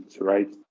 right